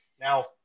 Now